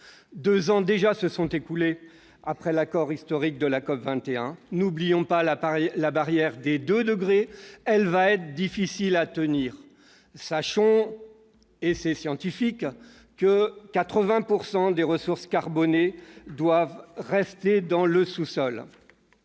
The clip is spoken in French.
Deux ans déjà se sont écoulés après l'accord historique de la COP21. N'oublions pas la barrière des 2 degrés qui va être difficile à tenir. Pour y parvenir, il est scientifiquement avéré que 80 % des ressources carbonées doivent rester dans le sous-sol.